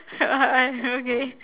okay